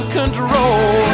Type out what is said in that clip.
control